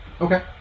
Okay